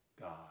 God